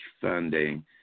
funding